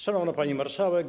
Szanowna Pani Marszałek!